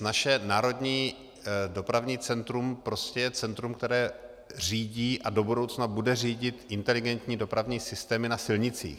Naše Národní dopravní centrum prostě je centrum, které řídí a do budoucna bude řídit inteligentní dopravní systémy na silnicích.